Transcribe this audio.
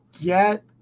get